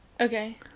Okay